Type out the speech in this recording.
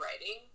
writing